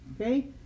okay